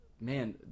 man